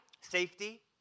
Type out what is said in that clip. Safety